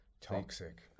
Toxic